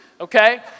okay